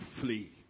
flee